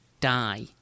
die